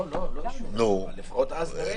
לא, לא אישור, אבל לפחות אז נראה.